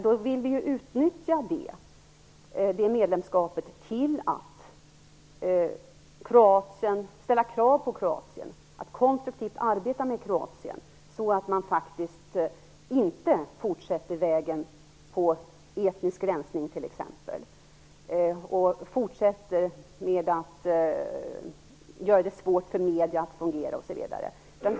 Då vill vi ju utnyttja det medlemskapet till att ställa krav på Kroatien och att konstruktivt arbeta med landet så att man inte fortsätter vägen med etnisk rensning, med att göra det svårt för medierna att fungera osv.